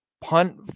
punt